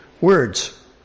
words